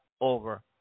Over